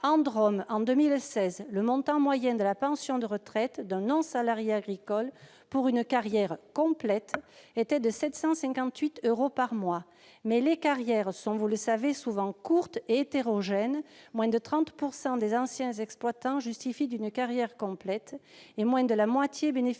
la Drôme, en 2016, le montant moyen de la pension de retraite d'un non-salarié agricole pour une carrière complète était de 758 euros par mois. Mais les carrières sont, vous le savez, souvent courtes et hétérogènes : moins de 30 % des anciens exploitants justifient d'une carrière complète et moins de la moitié bénéficient